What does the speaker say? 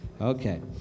Okay